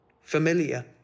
Familiar